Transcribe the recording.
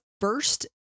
first